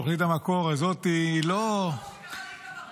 תוכנית "המקור" הזאת היא לא --- הדבר הכי טוב שקרה לבן גביר.